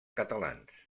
catalans